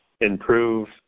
improve